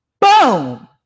Boom